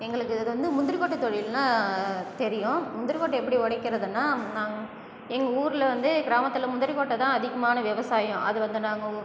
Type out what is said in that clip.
எங்களுக்கு இதுவந்து முந்திரி கொட்டை தொழில்னால் தெரியும் முந்திரி கொட்டையை எப்படி உடக்கிறதுனா நாங்கள் எங்கள் ஊரில் வந்து கிராமத்தில் முந்திரி கொட்டைதான் அதிகமான விவசாயம் அதுவந்து நாங்கள்